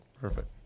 Perfect